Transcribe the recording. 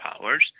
powers